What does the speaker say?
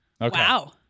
Wow